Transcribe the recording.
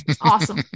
Awesome